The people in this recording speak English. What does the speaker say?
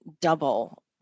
double